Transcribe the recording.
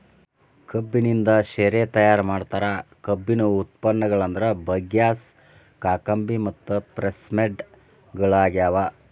ಕಬ್ಬಿನಿಂದ ಶೇರೆ ತಯಾರ್ ಮಾಡ್ತಾರ, ಕಬ್ಬಿನ ಉಪ ಉತ್ಪನ್ನಗಳಂದ್ರ ಬಗ್ಯಾಸ್, ಕಾಕಂಬಿ ಮತ್ತು ಪ್ರೆಸ್ಮಡ್ ಗಳಗ್ಯಾವ